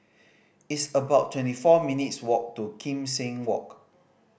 it's about twenty four minutes' walk to Kim Seng Walk